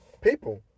people